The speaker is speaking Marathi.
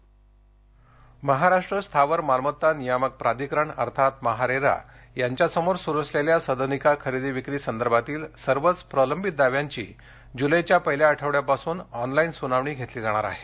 रेरा महाराष्ट्र स्थावर मालमत्ता नियामक प्राधिकरण अर्थात महारेरा पुढे सुरु असलेल्या सदनिका खरेदी विक्री संदर्भातील सर्वच प्रलंबित दाव्यांची जुलैच्या पहिल्या आठवड्यापासून ऑनलाईन सूनावणी घेतली जाणार आहे